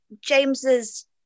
James's